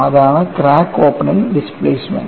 അതാണ് crack opening displacement